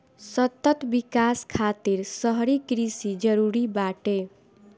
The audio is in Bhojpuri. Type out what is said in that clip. सतत विकास खातिर शहरी कृषि जरूरी बाटे